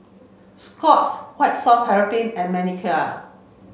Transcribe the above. Scott's White soft paraffin and Manicare